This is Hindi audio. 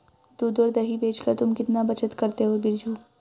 दूध और दही बेचकर तुम कितना बचत करते हो बिरजू?